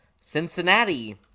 Cincinnati